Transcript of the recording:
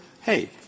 hey